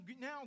now